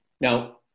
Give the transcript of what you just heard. Now